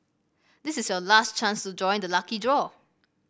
this is your last chance to join the lucky draw